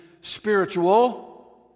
spiritual